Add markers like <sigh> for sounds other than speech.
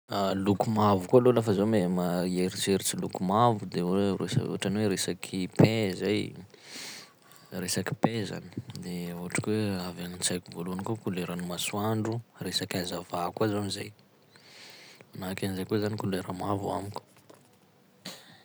<hesitation> Loko mavo koa aloha lafa zaho mai- maeritseritsy loko mavo de hoe ohatraohatran'ny hoe resaky pain zay, resaky pain zany, de ohatry koa hoe avy any an-tsaiko voalohany koa koleran'ny masoandro resaky hazava koa zany zay, manahaky an'izay koa zany couleur mavo amiko.